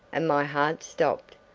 and my heart stopped.